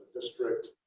district